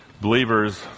Believers